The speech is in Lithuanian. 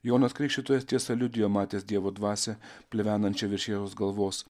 jonas krikštytojas tiesa liudijo matęs dievo dvasią plevenančią virš jėzaus galvos